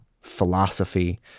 philosophy